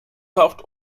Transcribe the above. taucht